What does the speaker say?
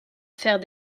faire